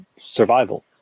survival